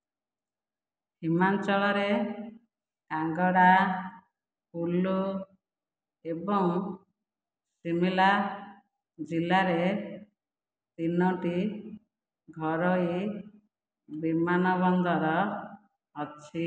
ହିମାଚଳରେ କାଙ୍ଗଡା କୁଲୁ ଏବଂ ଶିମଲା ଜିଲ୍ଲାରେ ତିନୋଟି ଘରୋଇ ବିମାନବନ୍ଦର ଅଛି